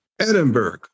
Edinburgh